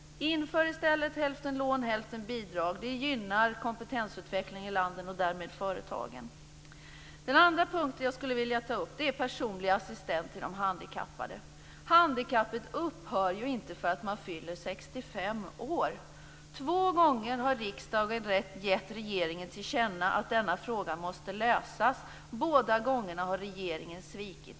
Inför i stället hälften lån, hälften bidrag! Det gynnar kompetensutvecklingen i landet och därmed företagen. Den andra punkt som jag skulle vilja ta upp är personliga assistenter för de handikappade. Handikappet upphör ju inte när man fyller 65 år. Två gånger har riksdagen gett regeringen till känna att denna fråga måste lösas, men båda gångerna har regeringen svikit.